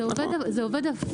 זה עובד הפוך.